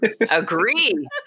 Agree